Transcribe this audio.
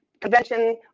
convention